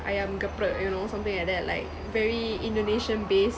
ayam geprek you know something like that like very indonesian based